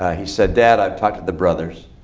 he said, dad, i talked to the brothers.